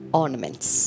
ornaments